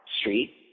street